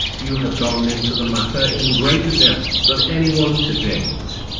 you have gone into the matter in greater depth than anyone to date.